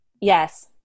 Yes